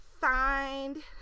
find